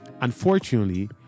Unfortunately